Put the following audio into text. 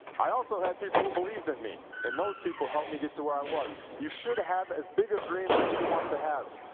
i also had people who believed in me. and those people helped me get to where i was. you should have as big of dreams as you want to have.